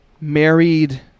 married